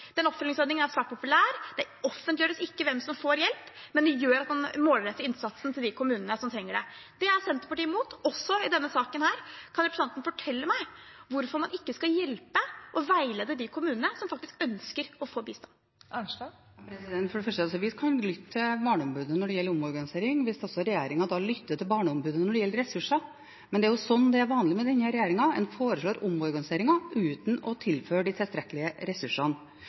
Den oppfølgingsordningen er svært populær. Det offentliggjøres ikke hvem som får hjelp, men det gjør at man målretter innsatsen til de kommunene som trenger det. Det er Senterpartiet imot, også i denne saken. Kan representanten fortelle meg hvorfor man ikke skal hjelpe og veilede de kommunene som faktisk ønsker å få bistand? For det første kan vi lytte til Barneombudet når det gjelder omorganisering, hvis regjeringen lytter til Barneombudet når det gjelder ressurser. Men det er jo det vanlige med denne regjeringen – en foreslår omorganiseringer uten å tilføre de tilstrekkelige ressursene.